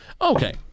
Okay